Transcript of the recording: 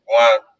one